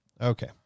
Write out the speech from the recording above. Okay